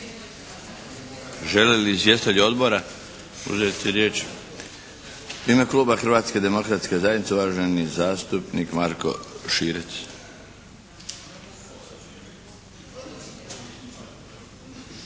Žele li izvjestitelji odbora uzeti riječ? U ime kluba Hrvatske demokratske zajednice uvaženi zastupnik Marko Širac.